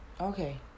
Okay